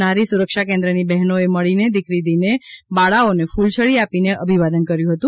નારી સુરક્ષા કેંદ્રની બહેનોએ મળીને દિકરી દિને બાળાઓને ક્રલછડી આપીને અભિવાદન કર્યું હતું